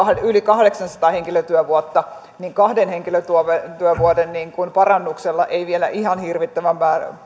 yli kahdeksansataa henkilötyövuotta niin kahden henkilötyövuoden parannuksella ei vielä ihan hirvittävän